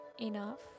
enough